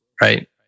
Right